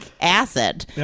acid